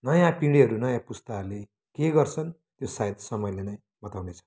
नयाँ पिढीहरू नयाँ पुस्ताहरूले के गर्छन् त्यो सायद समयले नै बताउने छ थ्याङ्क्यू